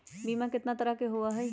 बीमा केतना तरह के होइ?